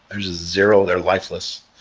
there's a zero. they're lifeless.